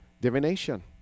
Divination